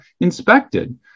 inspected